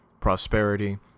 prosperity